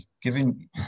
giving